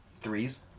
threes